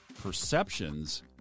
perceptions